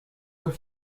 were